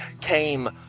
came